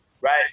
right